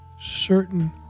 certain